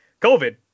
COVID